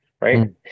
right